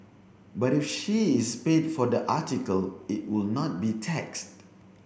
but if she is paid for the article it would not be taxed